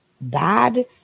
bad